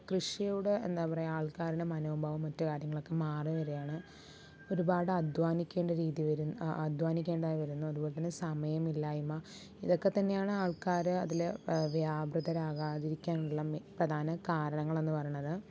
കൃഷിയുടെ എന്താ പറയുക ആൾക്കാരുടെ മനോഭാവം മറ്റുകാര്യങ്ങളൊക്കെ മാറി വരികയാണ് ഒരുപാട് അധ്വാനിക്കേണ്ട രീതി വരുന്നു അ അ അധ്വാനിക്കേണ്ടതായി വരുന്നു അതുപോലെതന്നെ സമയമില്ലായ്മ ഇതൊക്കെ തന്നെയാണ് ആൾക്കാര് അതില് വ്യാപൃതനാകാതിരിക്കാനുള്ള മെയ് പ്രധാന കരണങ്ങളെന്ന് പറയണത്